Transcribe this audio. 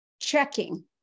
checking